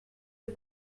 les